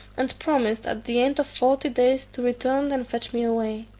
and promised at the end of forty days to return and fetch me away.